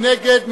מי נגד?